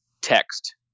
text